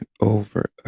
over